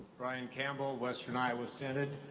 brian campbell, western iowa synod.